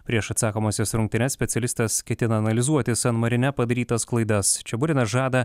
prieš atsakomąsias rungtynes specialistas ketina analizuoti san marine padarytas klaidas čeburinas žada